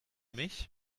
mich